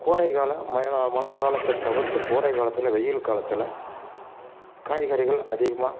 கோடை காலம் மழை காலத்தை தவிர்த்து கோடை காலத்தில் வெயில் காலத்தில் காய்கறிகள் அதிகமாக